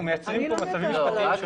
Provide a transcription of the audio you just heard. אנחנו מייצרים כאן מצבים משפטיים.